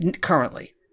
currently-